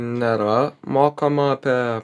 nėra mokama apie